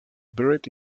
buried